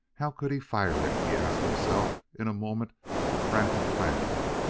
how could he fire it? he asked himself in a moment of frantic planning.